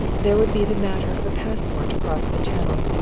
there would be the matter of a passport to cross the channel.